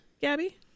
gabby